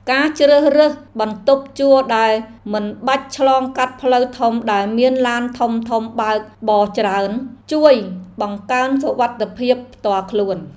ការជ្រើសរើសបន្ទប់ជួលដែលមិនបាច់ឆ្លងកាត់ផ្លូវធំដែលមានឡានធំៗបើកបរច្រើន ជួយបង្កើនសុវត្ថិភាពផ្ទាល់ខ្លួន។